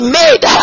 made